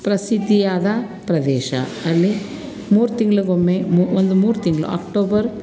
ಪ್ರಸಿದ್ಧಿಯಾದ ಪ್ರದೇಶ ಅಲ್ಲಿ ಮೂರು ತಿಂಗಳಿಗೊಮ್ಮೆ ಮೂ ಒಂದು ಮೂರು ತಿಂಗಳು ಅಕ್ಟೋಬರ್